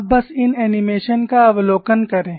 आप बस इन एनिमेशन का अवलोकन करें